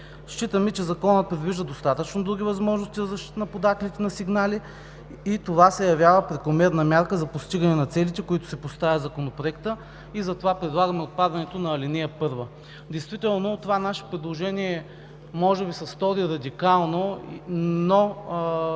Считаме, че Законът предвижда достатъчно други възможности за защита на подателите на сигнали и това се явява прекомерна мярка за постигане на целите, които си поставя Законопроектът, и затова предлагаме отпадането на ал. 1. Действително това наше предложение може да Ви се стори радикално, но